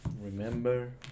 Remember